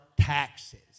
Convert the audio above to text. taxes